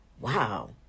wow